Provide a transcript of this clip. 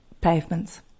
pavements